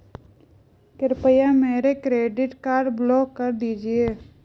कृपया मेरा credit card block कर दीजिए